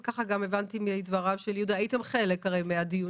הבנתי מדבריו של יהודה שהייתם הרי חלק מהדיונים,